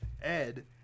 Ed